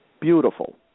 Beautiful